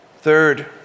Third